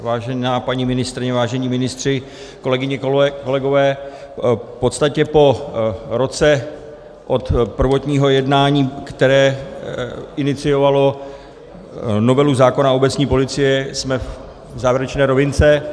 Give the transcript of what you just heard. Vážená paní ministryně, vážení ministři, kolegyně, kolegové, v podstatě po roce od prvotního jednání, které iniciovalo novelu zákona o obecní policii, jsme v závěrečné rovince.